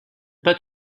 pas